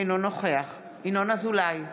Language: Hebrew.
אינו נוכח ינון אזולאי,